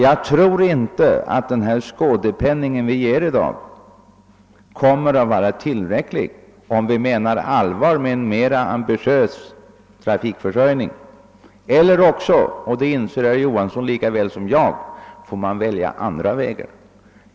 Jag tror inte att den skådepenning vi ger i dag kommer att visa sig tillräcklig om vi vill föra en verkligt ambitiös trafikförsörjningspolitik. I så fall måste vi välja olika vägar — det inser herr Johansson lika väl som jag.